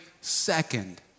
second